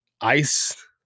ice